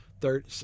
third